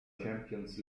champions